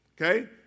okay